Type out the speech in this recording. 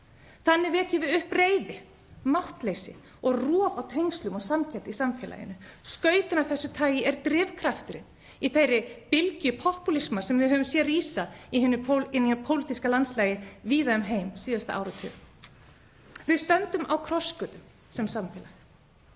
Þannig vekjum við upp reiði, máttleysi og rof á tengslum og samkennd í samfélaginu. Skautun af þessu tagi er drifkrafturinn í þeirri bylgju popúlisma sem við höfum séð rísa í hinu pólitíska landslagi víða um heim síðasta áratug. Við stöndum á krossgötum sem samfélag